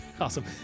Awesome